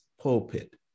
pulpit